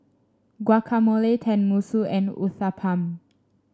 Guacamole Tenmusu and Uthapam